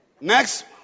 Next